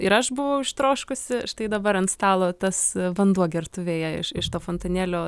ir aš buvau ištroškusi štai dabar ant stalo tas vanduo gertuvėje iš iš to fontanėlio